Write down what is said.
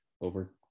over